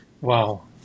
wow